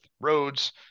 roads